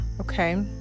okay